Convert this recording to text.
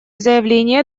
заявления